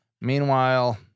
Meanwhile